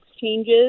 changes